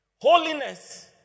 Holiness